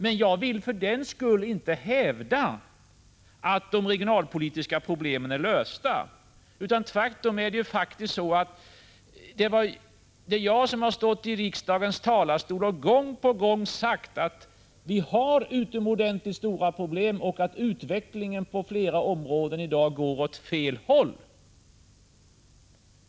Men jag vill för den skull inte hävda att de regionalpolitiska problemen är lösta. Det är faktiskt jag som har stått i riksdagens talarstol och gång på gång sagt att vi har utomordentligt stora problem och att utvecklingen på flera områden nu går åt fel håll.